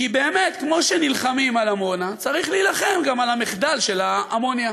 כי באמת כמו שנלחמים על עמונה צריך להילחם גם על המחדל של האמוניה.